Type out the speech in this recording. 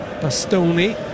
Bastoni